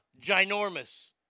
ginormous